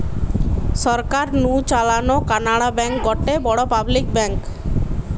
সরকার নু চালানো কানাড়া ব্যাঙ্ক গটে বড় পাবলিক ব্যাঙ্ক